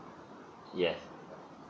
yes